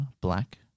black